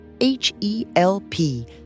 H-E-L-P